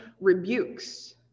rebukes